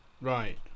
Right